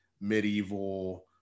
medieval